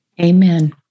Amen